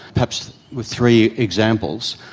perhaps with three examples.